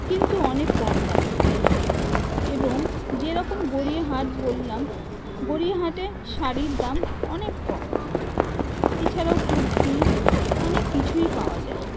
কিন্তু অনেক কম দামে এবং যেরকম গড়িয়াহাট বললাম গড়িয়াহাটে শাড়ির দাম অনেক কম এছাড়াও কুর্তি অনেক কিছুই পাওয়া যায়